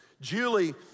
Julie